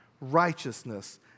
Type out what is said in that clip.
righteousness